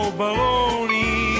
baloney